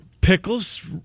Pickles